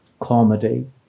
comedy